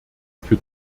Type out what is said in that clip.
für